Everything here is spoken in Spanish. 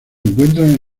encuentran